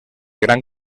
gran